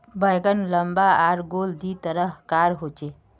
बैंगन लम्बा आर गोल दी तरह कार होचे